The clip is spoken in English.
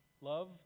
Love